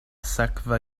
sekva